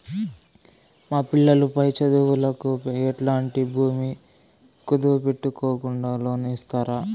మా పిల్లలు పై చదువులకు ఎట్లాంటి భూమి కుదువు పెట్టుకోకుండా లోను ఇస్తారా